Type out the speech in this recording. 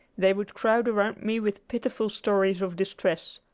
they would crowd around me with pitiful stories of distress.